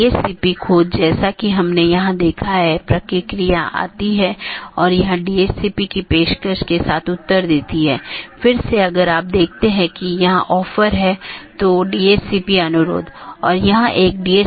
यह feature BGP साथियों को एक ही विज्ञापन में कई सन्निहित रूटिंग प्रविष्टियों को समेकित करने की अनुमति देता है और यह BGP की स्केलेबिलिटी को बड़े नेटवर्क तक बढ़ाता है